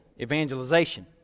evangelization